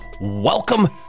welcome